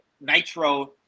Nitro